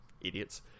idiots